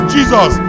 Jesus